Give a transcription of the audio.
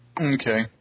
Okay